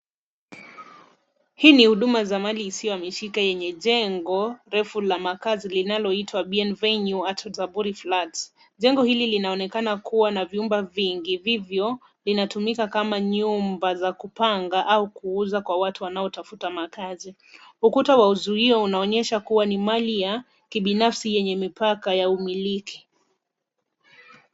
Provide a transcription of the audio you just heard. Hii ni huduma za mali yenye jengo la makazi linaloitwa Bien Venue. Jengo hili linaonekana kuwa vyumba vingi hivyo vinatumika kama nyumba za kupanga au kuuza kwa watu wanaotafuta makazi . Ukuta ta uzio unaonyesha kuwa ni mali ya kibinafsi yenye mipaka ya umiliki.